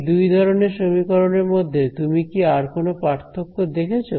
এই দুই ধরনের সমীকরণের মধ্যে তুমি কি আর কোন পার্থক্য দেখেছো